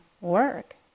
work